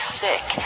sick